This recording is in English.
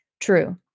true